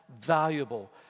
valuable